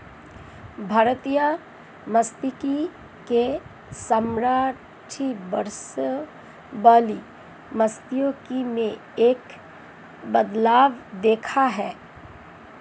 भारतीय मात्स्यिकी ने समुद्री वर्चस्व वाली मात्स्यिकी में एक बदलाव देखा है